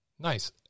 Nice